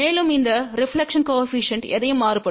மேலும் இந்த reflection coefficient எதையும் மாறுபடும்